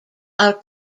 are